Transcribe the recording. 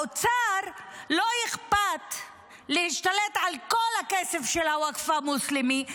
לאוצר לא אכפת להשתלט על כל הכסף של הווקף המוסלמי,